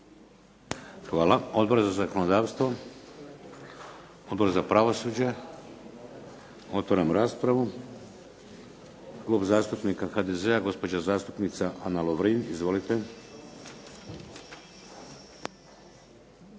Hvala. Odbor za zakonodavstvo, Odbor za pravosuđe. Otvaram raspravu. Klub zastupnika HDZ-a, gospođa zastupnica Ana Lovrin. Izvolite.